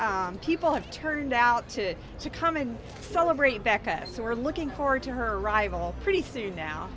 people have turned out to to come and celebrate baca so we're looking forward to her arrival pretty soon now